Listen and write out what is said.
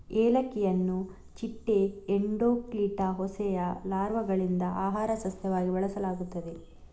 ಏಲಕ್ಕಿಯನ್ನು ಚಿಟ್ಟೆ ಎಂಡೋಕ್ಲಿಟಾ ಹೋಸೆಯ ಲಾರ್ವಾಗಳಿಂದ ಆಹಾರ ಸಸ್ಯವಾಗಿ ಬಳಸಲಾಗುತ್ತದೆ